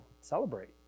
Celebrate